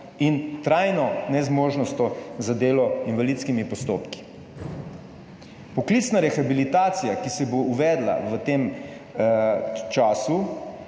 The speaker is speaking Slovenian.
in trajno nezmožnostjo za delo z invalidskimi postopki. Poklicna rehabilitacija, ki se bo uvedla v tem času